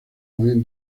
hoy